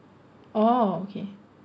oh okay